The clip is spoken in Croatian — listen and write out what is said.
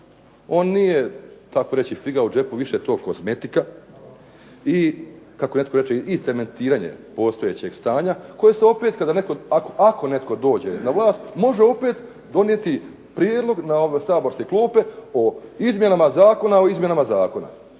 On nije tako reći figa u džepu, više je to kozmetika. I kako netko reče cementiranje postojećeg stanja koji se opet ako netko dođe na vlast može opet donijeti prijedlog na ove saborske klupe o izmjenama zakona, o izmjenama zakona.